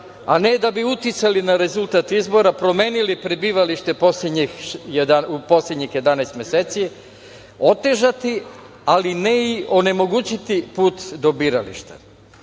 a ne da bi uticali na rezultat izbora, promenili prebivalište u poslednjih 11 meseci, otežati ali ne i onemogućiti put do